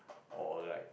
or like